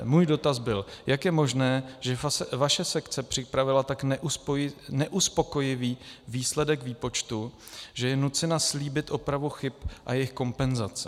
Můj dotaz byl: Jak je možné, že vaše sekce připravila tak neuspokojivý výsledek výpočtu, že je nucena slíbit opravu chyb a jejich kompenzace?